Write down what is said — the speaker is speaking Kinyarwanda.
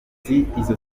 izo